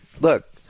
look